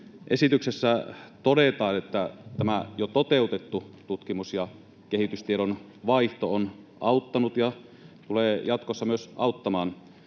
esityksessä todetaan, että tämä jo toteutettu tutkimus‑ ja kehitystiedon vaihto on auttanut ja tulee myös jatkossa auttamaan